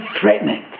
threatening